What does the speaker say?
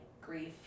grief